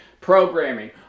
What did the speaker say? programming